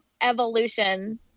evolution